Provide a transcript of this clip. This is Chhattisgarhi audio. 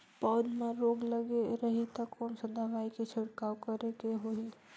पौध मां रोग लगे रही ता कोन सा दवाई के छिड़काव करेके होही?